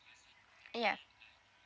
ya